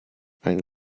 ein